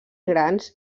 grans